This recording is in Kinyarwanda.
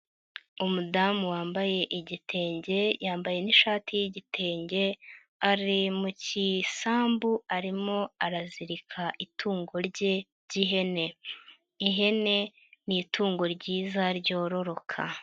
Umudamu wambaye igitenge, yambaye n'ishati y'igitenge ari mu kisambu arimo arazirika itungo rye ry'ihene, ihene ni itungo ryiza ryororoka.